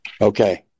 Okay